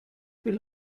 will